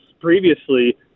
previously